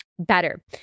better